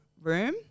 room